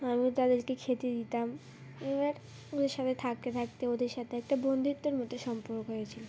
আমি তাদেরকে খেতে দিতাম এবার ওদের সাথে থাকতে থাকতে ওদের সাথে একটা বন্ধুত্বের মতো সম্পর্ক হয়েছে